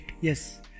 Yes